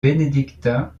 bénédictin